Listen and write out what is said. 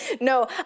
No